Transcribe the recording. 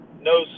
no